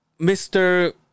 Mr